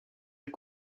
est